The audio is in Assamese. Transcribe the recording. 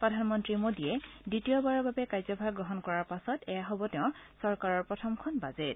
প্ৰধানমন্ত্ৰী মোদীয়ে দ্বিতীয়বাৰৰ বাবে কাৰ্য্যভাৰ গ্ৰহণ কৰাৰ পাছত এয়া হ'ব তেওঁৰ চৰকাৰৰ প্ৰথমখন বাজেট